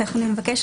אנחנו נבקש,